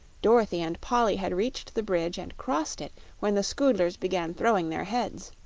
dorothy and polly had reached the bridge and crossed it when the scoodlers began throwing their heads.